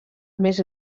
més